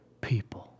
people